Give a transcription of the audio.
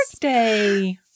birthday